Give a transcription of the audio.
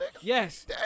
yes